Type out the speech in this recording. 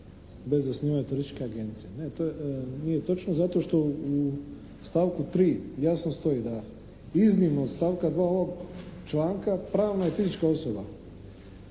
bez osnivanja turističke agencije. Ne to nije točno, zato što u stavku 3. jasno stoji da iznimno od stavka 2. ovog članka pravna i fizička osoba